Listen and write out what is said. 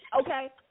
okay